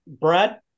Brad